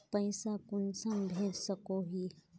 पैसा कुंसम भेज सकोही?